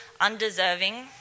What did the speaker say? undeserving